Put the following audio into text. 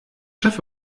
chef